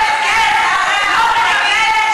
אני מבקש.